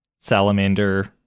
salamander